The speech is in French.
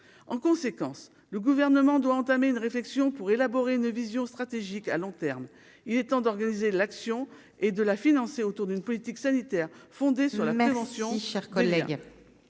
en conséquence, le gouvernement doit entamer une réflexion pour élaborer une vision stratégique à long terme, il est temps d'organiser l'action et de la financer, autour d'une politique sanitaire fondée sur la prévention, chers